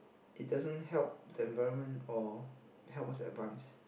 it doesn't help the environment or help us advance